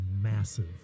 massive